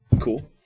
Cool